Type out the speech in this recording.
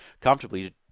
comfortably